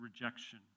rejection